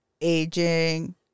aging